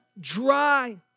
dry